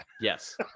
Yes